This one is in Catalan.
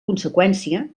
conseqüència